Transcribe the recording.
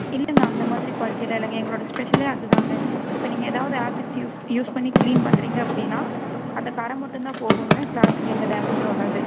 இல்லைங்க அந்த மாதிரி குவாலிட்டியெல்லாம் இல்லைங்க எங்களோட ஸ்பெஷலே அது தாங்க இப்போ நீங்கள் ஏதாவது ஆசிட் யூஸ் யூஸ் பண்ணி க்ளீன் பண்ணுறீங்க அப்படின்னா அந்த கறை மட்டும் தான் போகுங்க க்ளாத்துக்கு எந்த டேமேஜ்ஜும் ஆகாது